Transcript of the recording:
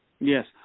Yes